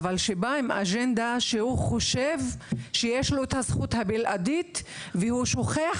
שבאים עם אג'נדה שהם חושבים שיש להם הזכות הבלעדית ושוכחים